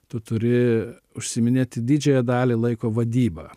tu turi užsiiminėti didžiąją dalį laiko vadyba